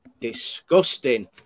disgusting